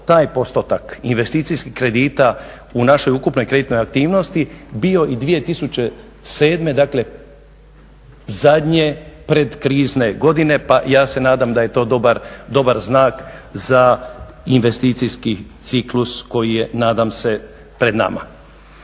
taj postotak investicijskih kredita u našoj ukupnoj kreditnoj aktivnosti bio i 2007. dakle zadnje predkrizne godine pa ja se nadam da je to dobar znak za investicijski ciklus koji je nadam se pred nama.